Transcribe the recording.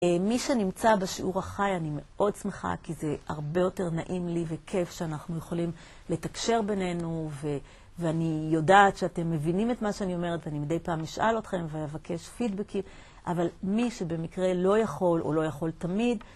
מי שנמצא בשיעור החי, אני מאוד שמחה כי זה הרבה יותר נעים לי וכיף שאנחנו יכולים לתקשר בינינו ואני יודעת שאתם מבינים את מה שאני אומרת ואני מדי פעם אשאל אתכם ואבקש פידבקים אבל מי שבמקרה לא יכול או לא יכול תמיד